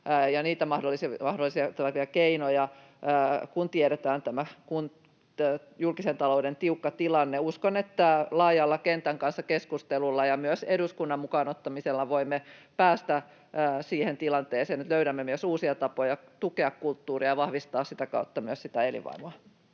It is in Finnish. ja niitä mahdollisia keinoja, kun tiedetään tämä julkisen talouden tiukka tilanne. Uskon, että laajalla keskustelulla kentän kanssa ja myös eduskunnan mukaan ottamisella voimme päästä siihen tilanteeseen, että löydämme uusia tapoja tukea kulttuuria ja vahvistaa sitä kautta myös sitä elinvoimaa.